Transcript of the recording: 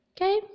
Okay